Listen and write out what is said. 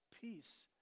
peace